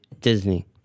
Disney